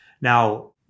Now